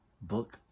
book